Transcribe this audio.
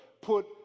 put